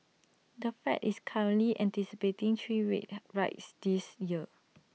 the fed is currently anticipating three rate rides this year